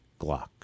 Glock